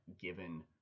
given